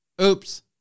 Oops